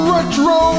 Retro